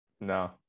no